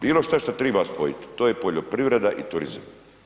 Bilo što što treba spojiti to je poljoprivreda i turizam.